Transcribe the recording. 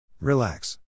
Relax